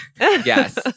Yes